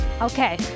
Okay